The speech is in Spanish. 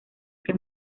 que